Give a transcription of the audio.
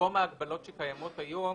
במקום ההגבלות שקיימות היום,